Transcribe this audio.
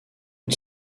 une